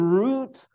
root